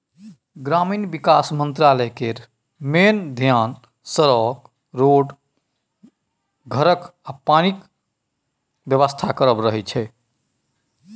ग्रामीण बिकास मंत्रालय केर मेन धेआन सड़क, रोड, घरक आ पानिक बेबस्था करब रहय छै